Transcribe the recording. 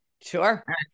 Sure